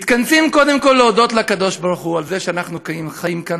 מתכנסים קודם כול להודות לקדוש-ברוך-הוא על זה שאנחנו חיים כאן,